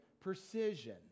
precision